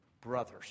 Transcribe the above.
brothers